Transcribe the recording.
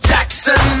Jackson